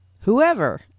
Whoever